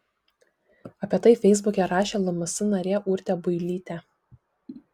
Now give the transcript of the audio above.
apie tai feisbuke rašė lms narė urtė builytė